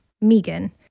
Megan